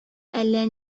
әллә